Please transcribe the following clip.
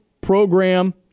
program